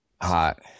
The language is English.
hot